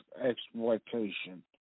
exploitation